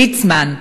ליצמן,